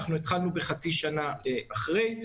אנחנו התחלנו חצי שנה אחרי.